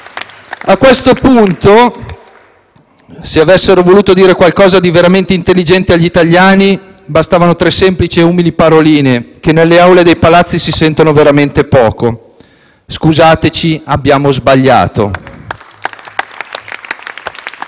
A questo punto, se avessero voluto dire qualcosa di veramente intelligente agli italiani, sarebbero bastate tre semplici e umili paroline, che nelle Aule dei palazzi si sentono veramente poco: «Scusateci, abbiamo sbagliato».